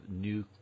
new